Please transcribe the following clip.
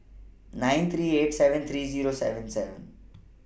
nine three eight seven three Zero seven seven